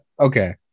Okay